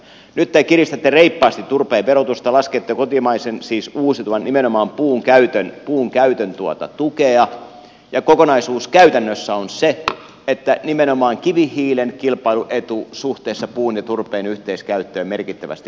nyt te kiristätte reippaasti turpeen verotusta laskette kotimaisen uusiutuvan energian nimenomaan puun käytön tukea ja kokonaisuus käytännössä on se että nimenomaan kivihiilen kilpailuetu suhteessa puun ja turpeen yhteiskäyttöön merkittävästi paranee